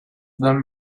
them